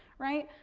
right,